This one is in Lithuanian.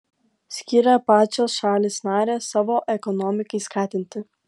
skiria pačios šalys narės savo ekonomikai skatinti